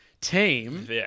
team